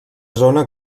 zona